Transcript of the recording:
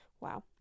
Wow